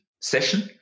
session